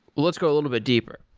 let's go a little bit deeper.